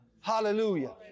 Hallelujah